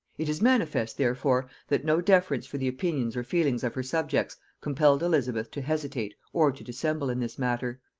it is manifest, therefore, that no deference for the opinions or feelings of her subjects compelled elizabeth to hesitate or to dissemble in this matter.